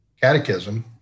catechism